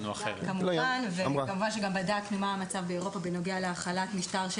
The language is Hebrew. כמובן שגם בדקנו מה המצב באירופה בנוגע להחלת משטר של